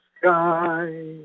sky